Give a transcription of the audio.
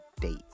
date